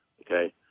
okay